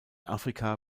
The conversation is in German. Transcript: afrika